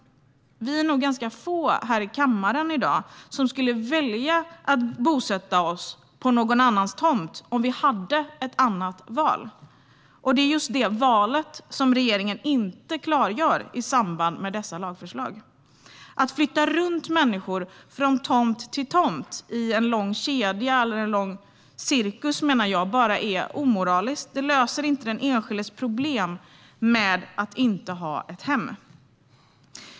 Vi är nog ganska få här i kammaren i dag som skulle välja att bosätta oss på någon annans tomt om vi hade ett annat val. Det är just det valet som regeringen inte klargör i samband med dessa lagförslag. Att flytta runt människor från tomt till tomt i en lång cirkus är, menar jag, bara omoraliskt. Det löser inte den enskildes problem med att inte ha ett hem.